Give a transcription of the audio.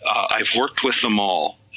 i've worked with them all,